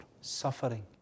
suffering